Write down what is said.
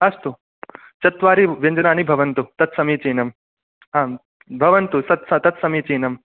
अस्तु चत्वारि व्यञ्जनानि भवन्तु तत् समीचीनम् आम् भवन्तु तस् आम् तत् समीचीनं